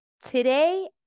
Today